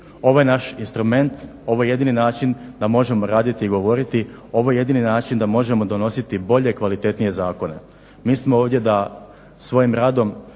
Ovo je naš instrument, ovo je jedini način da možemo raditi i govoriti, ovo je jedini način da možemo donositi bolje, kvalitetnije zakone. Mi smo ovdje da svojim radom